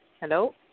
Hello